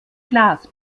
glas